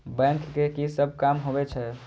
Bank के की सब काम होवे छे?